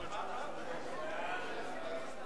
החלטת ועדת הכספים